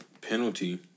penalty